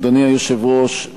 אדוני היושב-ראש,